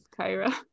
Kyra